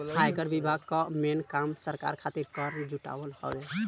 आयकर विभाग कअ मेन काम सरकार खातिर कर जुटावल हवे